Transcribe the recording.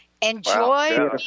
Enjoy